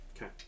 Okay